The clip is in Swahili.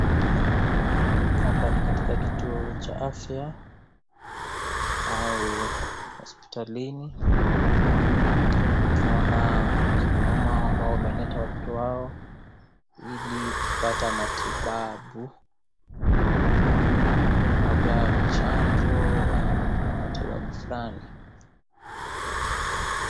Hapa ni katika kituo cha afya, au hospitalini. Na tunaona akina mama ambao wameleta watoto wao ili kupata matibabu, labda ni chanjo ama matibabu fulani.